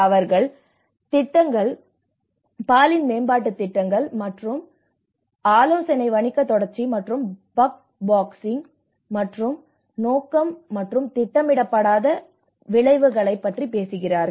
அவர்கள் திட்டங்கள் பாலின மேம்பாட்டுத் திட்டங்கள் மற்றும் ஆலோசனை வணிக தொடர்ச்சி மற்றும் பக் பாஸிங் மற்றும் நோக்கம் மற்றும் திட்டமிடப்படாத விளைவுகளைப் பற்றி பேசுகிறார்கள்